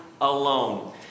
alone